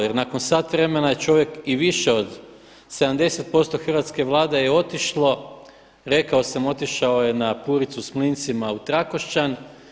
Jer nakon sat vremena je čovjek i više od 70% hrvatske Vlade je otišlo, rekao sam otišao je na puricu s mlincima u Trakošćan.